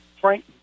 Frank